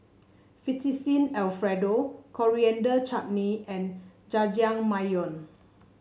Fettuccine Alfredo Coriander Chutney and Jajangmyeon